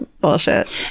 bullshit